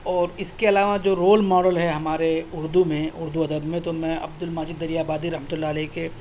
اور اس کے علاوہ جو رول ماڈل ہے ہمارے اردو میں اردو ادب میں تو میں عبد الماجد دریابادی رحمتہ اللہ علیہ کے